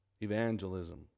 evangelism